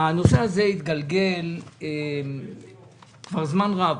הנושא הזה התגלגל כבר זמן רב,